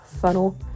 funnel